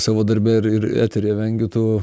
savo darbe ir ir eteryje vengiu tų